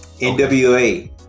NWA